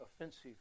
offensive